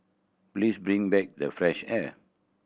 please bring back the fresh air